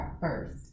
first